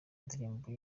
indirimbo